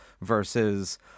versus